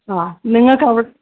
ആ